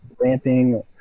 ramping